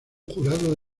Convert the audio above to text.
jurado